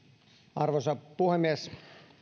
arvoisa puhemies